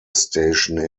station